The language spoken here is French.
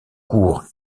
court